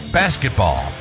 basketball